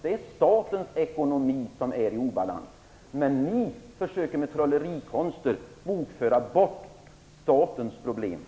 Det är statens ekonomi som är i obalans. Men ni försöker bokföra bort statens problem med trollerikonster.